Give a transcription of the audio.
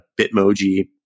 bitmoji